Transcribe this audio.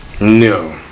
No